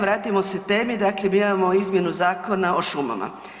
Vratimo se temi, dakle mi imamo izmjenu Zakona o šumama.